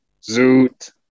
Zoot